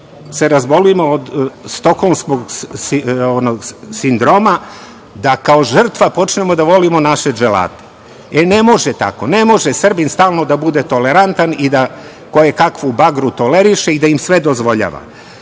mi razbolimo od „stokholmskog sindroma“, da kao žrtva počnemo da volimo naše dželate.E, ne može tako. Ne može Srbin stalno da bude tolerantan i da kojekakvu bagru toleriše i da im sve dozvoljava.